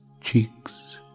cheeks